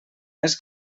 més